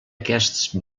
aquests